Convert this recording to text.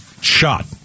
Shot